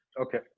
okay